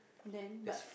then but